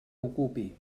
ocupi